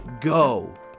go